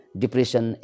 depression